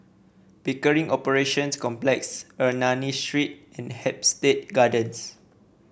Pickering Operations Complex Ernani Street and Hampstead Gardens